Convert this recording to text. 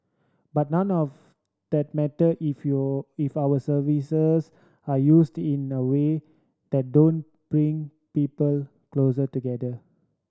but none of that matter if your if our services are used in the way that don't bring people closer together